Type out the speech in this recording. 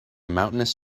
mountainous